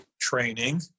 training